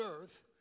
Earth